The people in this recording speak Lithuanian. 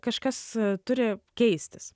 kažkas turi keistis